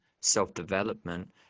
self-development